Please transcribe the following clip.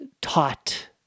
taught